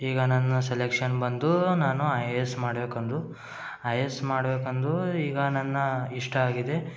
ಈಗ ನನ್ನ ಸೆಲೆಕ್ಷನ್ ಬಂದು ನಾನು ಐ ಎ ಎಸ್ ಮಾಡಬೇಕೆಂದು ಐ ಎ ಎಸ್ ಮಾಡಬೇಕೆಂದು ಈಗ ನನ್ನ ಇಷ್ಟ ಆಗಿದೆ